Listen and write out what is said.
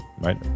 right